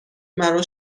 مرا